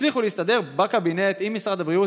יצליחו להסתדר בקבינט עם משרד הבריאות,